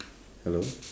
hello